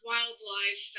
Wildlife